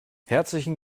herzlichen